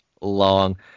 long